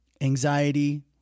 anxiety